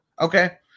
Okay